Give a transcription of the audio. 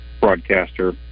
broadcaster